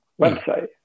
website